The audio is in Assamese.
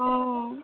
অঁ